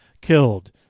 killed